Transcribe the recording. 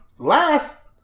Last